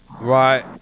Right